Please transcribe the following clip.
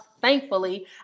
Thankfully